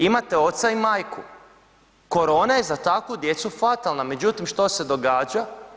Imate oca i majku, korona je za takvu djecu fatalna međutim, što se događa?